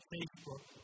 Facebook